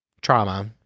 trauma